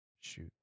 Shoot